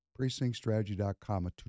Precinctstrategy.com